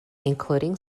including